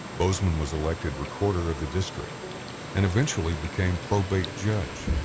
bozeman was elected recorder of the district and eventually became probate judge.